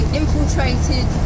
infiltrated